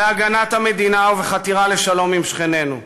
בהגנת המדינה ובחתירה לשלום עם שכנינו,